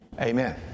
Amen